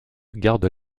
garde